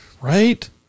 right